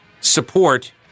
support